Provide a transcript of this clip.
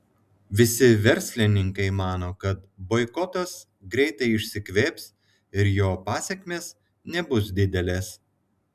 visi verslininkai mano kad boikotas greitai išsikvėps ir jo pasekmės nebus didelės